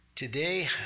Today